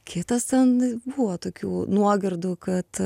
kitas ten buvo tokių nuogirdų kad